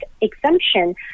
exemption